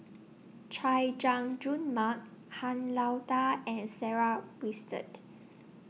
Chay Jung Jun Mark Han Lao DA and Sarah Winstedt